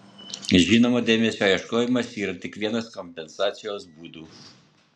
žinoma dėmesio ieškojimas yra tik vienas kompensacijos būdų